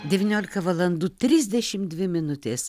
devyniolika valandų trisdešim dvi minutės